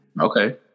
Okay